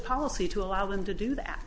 policy to allow them to do that